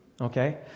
Okay